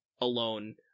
alone